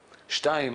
ושנית,